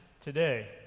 today